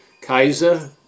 Kaiser